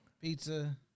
pizza